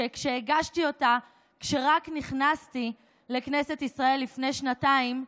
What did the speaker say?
שכשהגשתי אותה כשרק נכנסתי לכנסת ישראל לפני שנתיים.